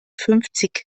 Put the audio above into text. fünfzig